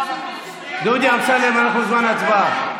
דודי אמסלם, אנחנו בזמן הצבעה.